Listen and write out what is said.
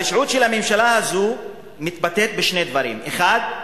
הרשעות של הממשלה הזאת מתבטאת בשני דברים: האחד,